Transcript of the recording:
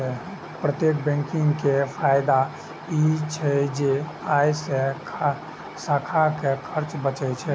प्रत्यक्ष बैंकिंग के फायदा ई छै जे अय से शाखा के खर्च बचै छै